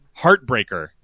Heartbreaker